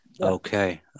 Okay